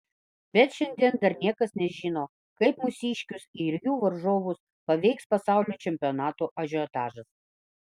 bet šiandien dar niekas nežino kaip mūsiškius ir jų varžovus paveiks pasaulio čempionato ažiotažas